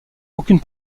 aucune